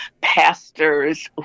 pastors